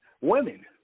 women